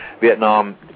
Vietnam